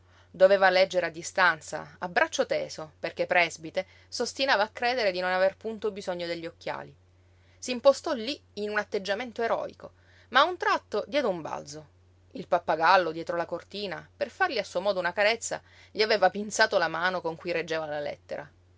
doveva leggere a distanza a braccio teso perché prèsbite s'ostinava a credere di non aver punto bisogno degli occhiali s'impostò lí in un atteggiamento eroico ma a un tratto diede un balzo il pappagallo dietro la cortina per fargli a suo modo una carezza gli aveva pinzato la mano con cui reggeva la lettera